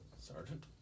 Sergeant